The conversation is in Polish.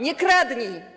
Nie kradnij!